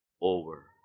over